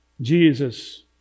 Jesus